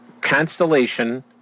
Constellation